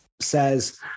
says